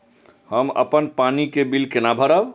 हम अपन पानी के बिल केना भरब?